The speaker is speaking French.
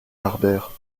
harbert